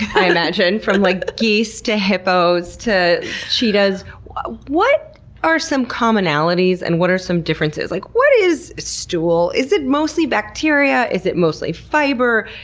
i imagine, from like ah geese, to hippos, to cheetahs, what what are some commonalities and what are some differences? like, what is stool? is it mostly bacteria? is it mostly fiber?